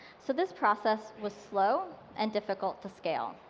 so this process was slow and difficult to scale.